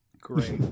Great